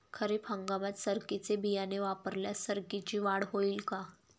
खरीप हंगामात सरकीचे बियाणे वापरल्यास सरकीची वाढ होईल का?